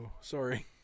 sorry